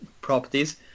properties